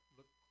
Look